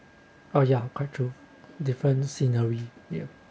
oh ya quite true different scenery yup